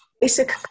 basic